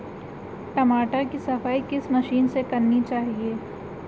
टमाटर की सफाई किस मशीन से करनी चाहिए?